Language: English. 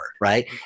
right